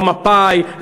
לא מפא"י,